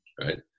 Right